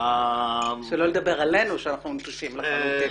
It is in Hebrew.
שלא לדבר עלינו שאנחנו נטושים לחלוטין.